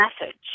message